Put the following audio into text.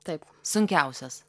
taip sunkiausias